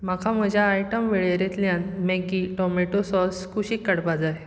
म्हाका म्हज्या आयटम वळेरेंतल्यान मॅगी टॉमेटो सॉस कुशीक काडपाक जाय